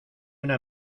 una